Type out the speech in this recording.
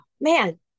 man